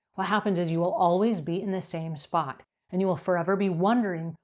what happens is you will always be in the same spot and you will forever be wondering,